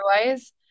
otherwise